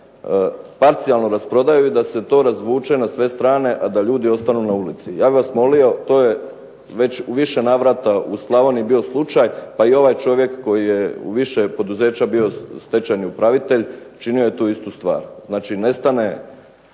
parcijalno rasprodaju i da se to razvuče na sve strane a da ljudi ostanu na ulici. Ja bih vas molio to je već u više navrata u Slavoniji bio slučaj, pa i ovaj čovjek koji je u više poduzeća bio stečajni upravitelj činio je tu istu stvar. Znači, nestane